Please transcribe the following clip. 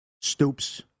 Stoops